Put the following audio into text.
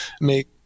make